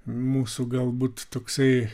mūsų galbūt toksai